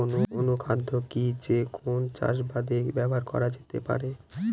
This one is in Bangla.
অনুখাদ্য কি যে কোন চাষাবাদে ব্যবহার করা যেতে পারে?